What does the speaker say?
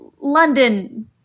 london